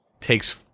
takes